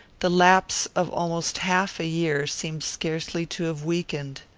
the lapse of almost half a year seemed scarcely to have weakened.